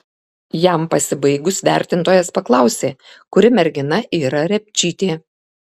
jam pasibaigus vertintojas paklausė kuri mergina yra repčytė